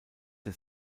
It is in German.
der